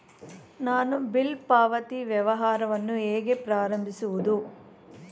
ನಾನು ಬಿಲ್ ಪಾವತಿ ವ್ಯವಹಾರವನ್ನು ಹೇಗೆ ಪ್ರಾರಂಭಿಸುವುದು?